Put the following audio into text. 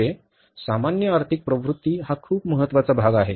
म्हणजे सामान्य आर्थिक प्रवृत्ती हा खूप महत्वाचा भाग आहे